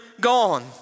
gone